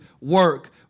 work